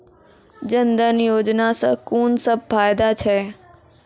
जनधन योजना सॅ कून सब फायदा छै?